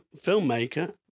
filmmaker